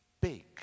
big